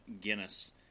Guinness